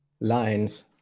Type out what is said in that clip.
lines